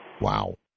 Wow